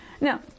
Now